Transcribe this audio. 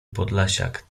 podlasiak